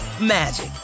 magic